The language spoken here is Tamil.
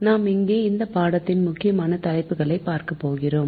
நாம் இங்கே இந்த பாடத்தின் முக்கியமான தலைப்புகளை பார்க்கப்போகிறோம்